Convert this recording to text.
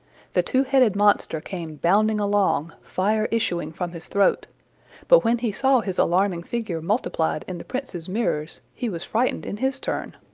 the two-headed monster came bounding along, fire issuing from his throat but when he saw his alarming figure multiplied in the prince's mirrors he was frightened in his turn.